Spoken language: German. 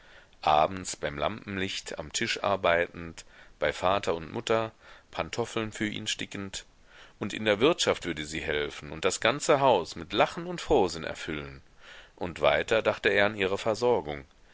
abends beim lampenlicht am tisch arbeitend bei vater und mutter pantoffeln für ihn stickend und in der wirtschaft würde sie helfen und das ganze haus mit lachen und frohsinn erfüllen und weiter dachte er an ihre versorgung